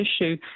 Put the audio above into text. issue